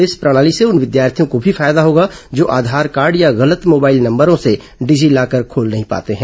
इस प्रणाली से उन विद्यार्थियों को भी फायदा होगा जो आधार कार्ड या गलत मोबाइल नंबरों से डिजी लॉकर खोल नहीं पाते हैं